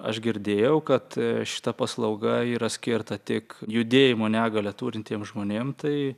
aš girdėjau kad šita paslauga yra skirta tik judėjimo negalią turintiem žmonėm tai